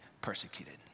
persecuted